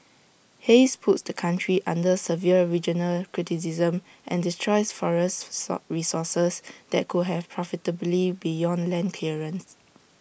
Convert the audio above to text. haze puts the country under severe regional criticism and destroys forest resources that could have profitability beyond land clearance